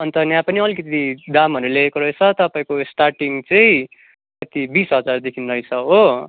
अन्त यहाँ पनि अलिकति दामहरू लेखेको रहेछ तपाईँको स्टार्टिङ चाहिँ कति बिस हजारदेखि रहेछ हो